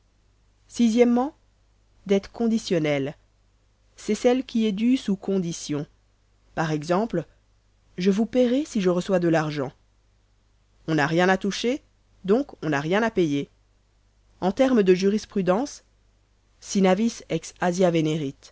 o dette conditionnelle c'est celle qui est due sous condition par exemple je vous payerai si je reçois de l'argent on n'a rien à toucher donc on n'a rien à payer en terme de jurisprudence si navis ex asiâ venerit